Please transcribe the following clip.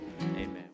amen